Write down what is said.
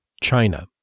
China